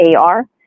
AR